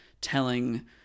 telling